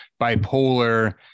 bipolar